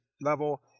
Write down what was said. level